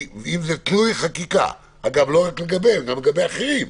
ולא רק לגביהם, גם לגבי אחרים.